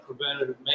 preventative